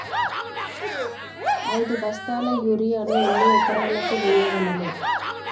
ఐదు బస్తాల యూరియా ను ఎన్ని ఎకరాలకు వేయగలము?